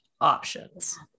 options